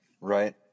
Right